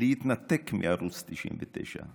להתנתק מערוץ 99,